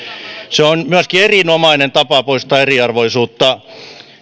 se on myöskin erinomainen tapa poistaa eriarvoisuutta